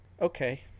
Okay